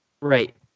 Right